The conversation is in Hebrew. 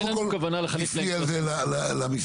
קודם כל, תפני על זה למשרד.